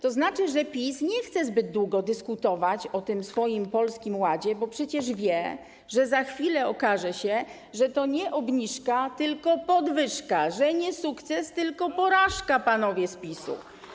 To znaczy, że PiS nie chce zbyt długo dyskutować, o tym swoim Polskim Ładzie, bo przecież wie, że za chwilę okaże się, że to jest nie obniżka, tylko podwyżka, nie sukces, tylko porażka, panowie z PiS-u.